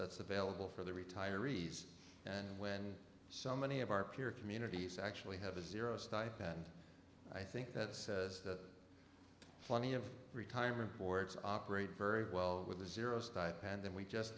that's available for the retirees and when so many of our peer communities actually have a zero stipend i think that says that plenty of retirement boards operate very well with zero stipend and we just